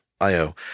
Io